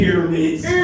Pyramids